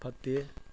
ꯐꯠꯇꯦ